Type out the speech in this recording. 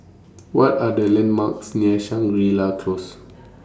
What Are The landmarks near Shangri La Close